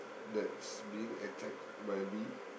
that's being attacked by bee